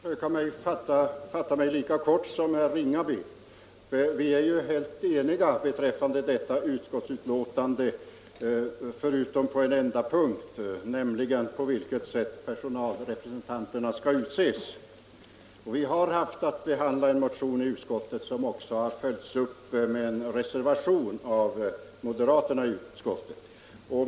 Fru talman! Jag skall försöka fatta mig lika kort som herr Ringaby. Vi är helt eniga beträffande detta betänkande utom på en enda punkt, nämligen på vilket sätt personalrepresentanterna skall utses. Utskottet har haft att behandla en motion som följs upp i en reservation av moderaterna i utskottet.